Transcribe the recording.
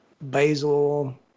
basil